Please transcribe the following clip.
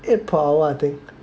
eight per hour I think